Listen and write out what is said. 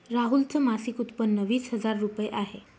राहुल च मासिक उत्पन्न वीस हजार रुपये आहे